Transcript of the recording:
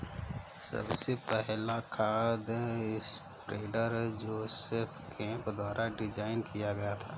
सबसे पहला खाद स्प्रेडर जोसेफ केम्प द्वारा डिजाइन किया गया था